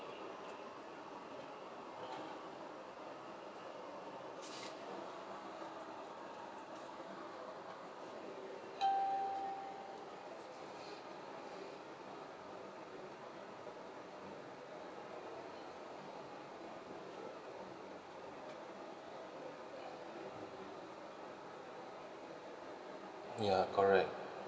ya correct